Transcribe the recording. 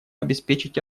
обеспечить